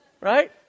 right